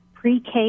pre-K